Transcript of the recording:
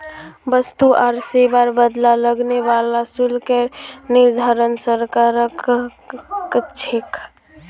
वस्तु आर सेवार बदला लगने वाला शुल्केर निर्धारण सरकार कर छेक